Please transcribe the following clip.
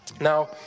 Now